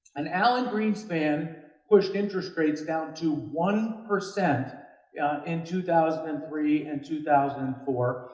and alan greenspan pushed interest rates down to one percent in two thousand and three and two thousand and four.